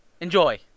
Enjoy